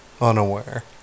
unaware